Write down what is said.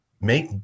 make